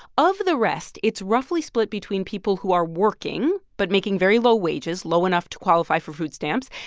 of the rest, it's roughly split between people who are working but making very low wages, low enough to qualify for food stamps,